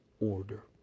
order